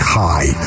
high